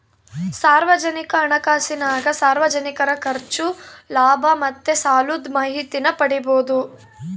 ಸಾರ್ವಜನಿಕ ಹಣಕಾಸಿನಾಗ ಸಾರ್ವಜನಿಕರ ಖರ್ಚು, ಲಾಭ ಮತ್ತೆ ಸಾಲುದ್ ಮಾಹಿತೀನ ಪಡೀಬೋದು